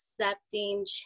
accepting